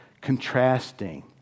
contrasting